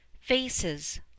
Faces